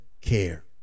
care